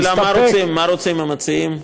השאלה מה רוצים, מה רוצים המציעים?